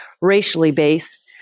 racially-based